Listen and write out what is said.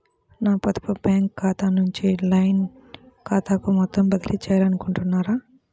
నా పొదుపు బ్యాంకు ఖాతా నుంచి లైన్ ఖాతాకు మొత్తం బదిలీ చేయాలనుకుంటున్నారా?